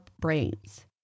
brains